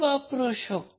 तर आपण व्हरिफाय करू शकता